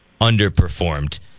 underperformed